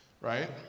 Right